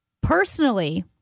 Personally